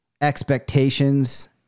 expectations